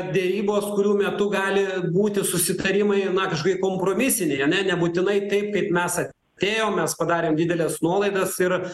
derybos kurių metu gali būti susitarimai na kažkokie kompromisiniai ane nebūtinai taip kaip mes atėjom mes padarėm dideles nuolaidas ir